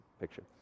picture